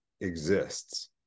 exists